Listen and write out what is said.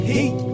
Heat